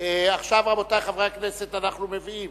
עכשיו, רבותי, אנחנו מביאים